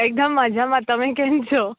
એકદમ મજામાં તમે કેમ છો